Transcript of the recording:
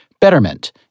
Betterment